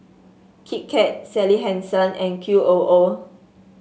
Kit Kat Sally Hansen and Q O O